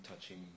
touching